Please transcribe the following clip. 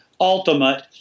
ultimate